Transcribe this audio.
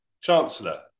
chancellor